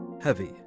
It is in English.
heavy